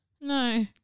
No